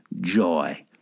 joy